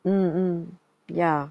mm mm ya